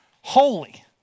holy